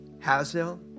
Hazel